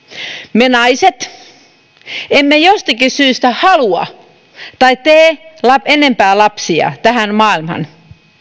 me naiset emme jostakin syystä halua tai tee enempää lapsia tähän maailmaan